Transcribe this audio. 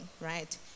right